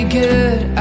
good